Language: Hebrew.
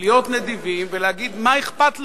להיות נדיבים ולהגיד: מה אכפת לנו,